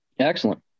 Excellent